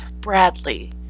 Bradley